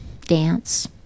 dance